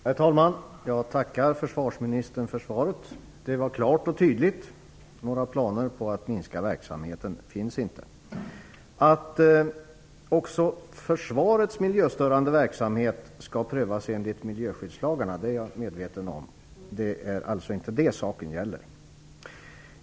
Herr talman! Jag tackar försvarsministern för svaret. Det var klart och tydligt. Några planer på att minska verksamheten finns inte. Att också försvarets miljöstörande verksamhet skall prövas enligt miljöskyddslagarna är jag medveten om. Det är alltså inte det saken gäller.